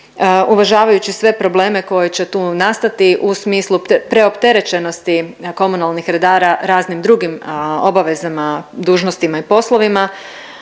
uvažavajući sve probleme koji će tu nastati u smislu preopterećenosti komunalnih redara raznim drugim obavezama, dužnostima i poslovima,